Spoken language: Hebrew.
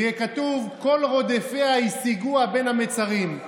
וכתוב: כל רודפיה השיגוה בין המצרים.